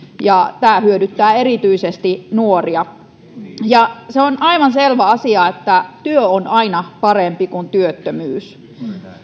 ja tämä hyödyttää erityisesti nuoria se on aivan selvä asia että työ on aina parempi kuin työttömyys